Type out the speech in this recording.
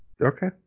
Okay